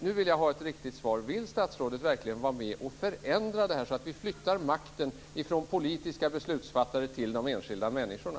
Nu vill jag ha ett riktigt svar: Vill statsrådet verkligen vara med och förändra det här så att vi flyttar makten från politiska beslutsfattare till de enskilda människorna?